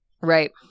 Right